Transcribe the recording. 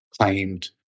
claimed